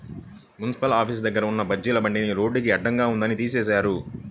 municipal office దగ్గర ఉన్న బజ్జీల బండిని రోడ్డుకి అడ్డంగా ఉందని తీసేశారు